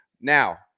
Now